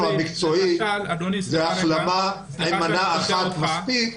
המקצועית היא שאחרי החלמה מנה אחת מספיקה.